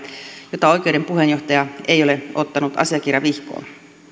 jota oikeuden puheenjohtaja ei ole ottanut asiakirjavihkoon